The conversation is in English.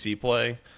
play